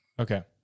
Okay